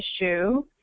issue